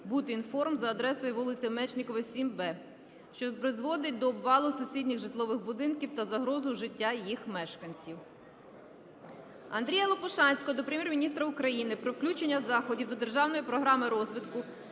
"Будінформ", за адресою: вул. Мечникова, 7Б, що призводить до обвалу сусідніх житлових будинків та загрози життю їх мешканців. Андрія Лопушанського до Прем'єр-міністра України про включення заходів до Державної програми розвитку